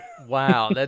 wow